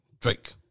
Drake